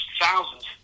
thousands